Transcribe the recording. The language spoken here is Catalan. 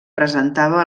presentava